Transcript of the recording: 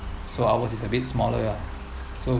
so ours is a bit smaller ah so